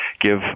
give